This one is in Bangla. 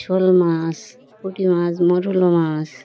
শোল মাছ পুঁটি মাছ মরোলা মাছ